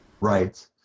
Right